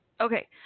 okay